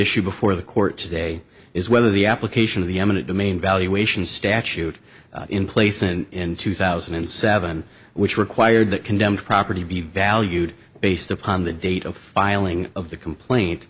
issue before the court today is whether the application of the eminent domain valuation statute in place in two thousand and seven which required that condemned property be valued based upon the date of filing of the complaint